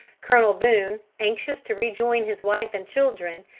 colonel boone, anxious to rejoin his wife and children,